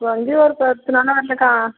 கொறைஞ்சது ஒரு பத்து நாளாக வரலக்கா